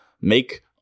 Make